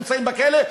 שנמצאים בכלא,